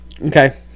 Okay